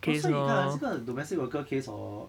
orh so 你看啊这个 domestic worker case hor